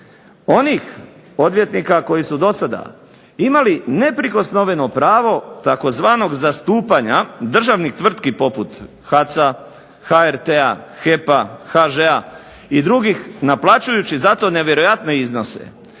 Onih odvjetnika koji su do sada imali neprikosnoveno pravo tzv. zastupanja državnih tvrtki poput HAC-a, HRT-a, HEP-a, HŽ-a i drugih naplaćujući za to nevjerojatne iznose.